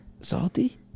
Salty